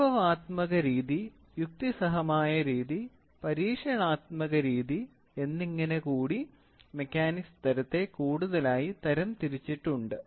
അനുഭവാത്മക രീതി യുക്തിസഹമായ രീതി പരീക്ഷണാത്മക രീതി എന്നിങ്ങനെ കൂടി മെക്കാനിക്സ് തരത്തെ കൂടുതലായി തരംതിരിച്ചിട്ടുണ്ട്